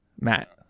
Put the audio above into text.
Matt